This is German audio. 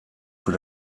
für